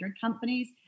companies